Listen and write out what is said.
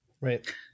right